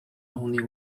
only